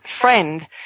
friend